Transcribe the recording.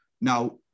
Now